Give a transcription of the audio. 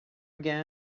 again